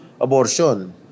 abortion